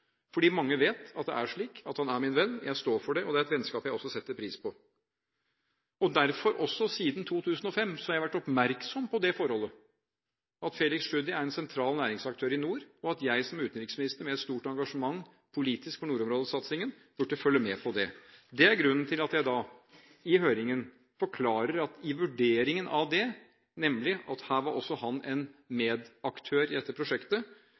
fordi mange vet at det er slik – at han er min venn. Jeg står for det, og det er et vennskap som jeg også setter pris på. Derfor har jeg siden 2005 vært oppmerksom på at Felix Tschudi er en sentral næringsaktør i nord, og at jeg som utenriksminister, med et stort politisk engasjement på nordområdesatsingen, burde følge med på det. Det er grunnen til at jeg i høringen forklarte at jeg i vurderingen av at han også var en medaktør i dette prosjektet,